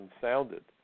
sounded